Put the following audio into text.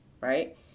right